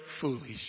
foolish